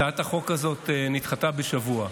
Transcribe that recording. הצעת החוק הזאת נדחתה בשבוע.